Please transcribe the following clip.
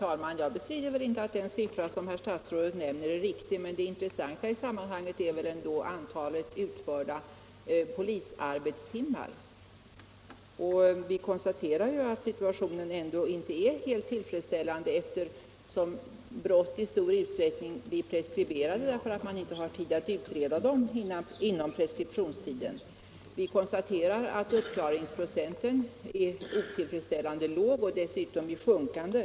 Herr talman! De siffror som statsrådet nämnde är självfallet riktiga, men det intressanta i sammanhanget är ju antalet fullgjorda polisarbetstimmar. Och vi konstaterar att situationen inte är helt tillfredsställande, eftersom brott i stor utsträckning blir preskriberade därför att polisen inte har tid att utreda dem före preskriptionstidens utgång. Vi noterar också att uppklaringsprocenten är otillfredsställande och dessutom stadd i sjunkande.